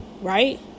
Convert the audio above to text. Right